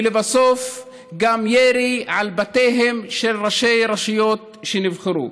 ולבסוף גם ירי על בתיהם של ראשי רשויות שנבחרו.